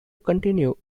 continue